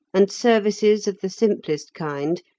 and services, of the simplest kind,